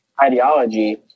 ideology